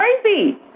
crazy